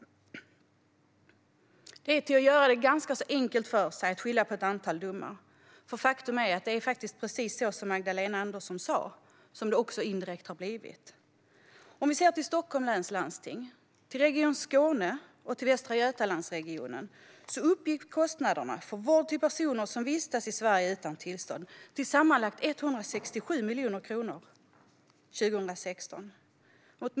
Det är att göra det ganska enkelt för sig att skylla på ett antal domar. Faktum är att det är precis det som Magdalena Andersson sa som också indirekt har skett. I Stockholms läns landsting, Region Skåne och Västra Götalandsregionen uppgick kostnaderna för vård till personer som vistas i Sverige utan tillstånd till sammanlagt 167 miljoner kronor under 2016.